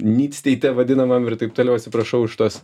nydsteite vadinamam ir taip toliau atsiprašau už tuos